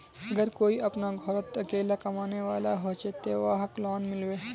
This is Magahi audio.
अगर कोई अपना घोरोत अकेला कमाने वाला होचे ते वहाक लोन मिलबे?